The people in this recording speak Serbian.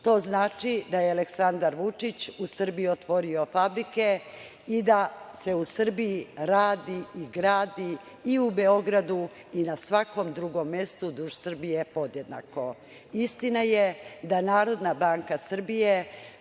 To znači da je Aleksandar Vučić u Srbiji otvorio fabrike i da se u Srbiji radi i gradi i u Beogradu i na svakom drugom mestu duž Srbije podjednako. Istina je da Narodna banka Srbije